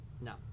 No